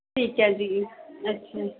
ਠੀਕ ਹੈ ਜੀ ਅੱਛਾ